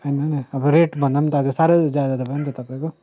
होइन नि रेट भन्दा पनि त साह्रै ज्यादा त भयो नि त तपाईँको